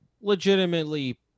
legitimately